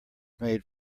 made